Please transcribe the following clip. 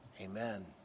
amen